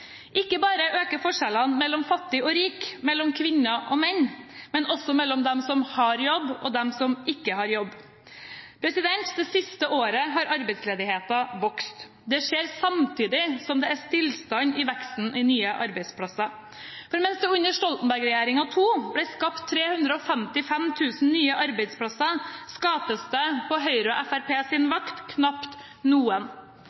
Ikke bare øker forskjellene mellom fattig og rik og mellom kvinner og menn, men også mellom dem som har jobb, og dem som ikke har jobb. Det siste året har arbeidsledigheten vokst. Det skjer samtidig som det er stillstand i veksten i nye arbeidsplasser, for mens det under Stoltenberg II-regjeringen ble skapt 355 000 nye arbeidsplasser, skapes det på Høyre og Fremskrittspartiets vakt knapt noen.